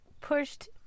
pushed